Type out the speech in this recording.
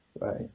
right